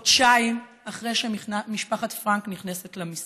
חודשיים אחרי שמשפחת פרנק נכנסת למסתור.